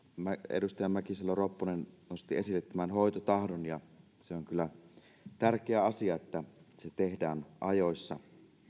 edustaja mäkisalo ropponen nosti esille tämän hoitotahdon ja se on kyllä tärkeä asia että se tehdään ajoissa